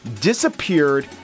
disappeared